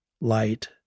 light